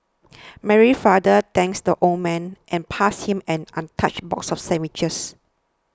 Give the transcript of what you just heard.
Mary's father thanks the old man and passed him an untouched box of sandwiches